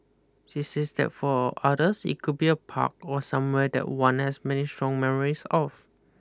she says that for others it could be a park or somewhere that one has many strong memories of